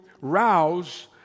rouse